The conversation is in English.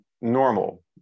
normal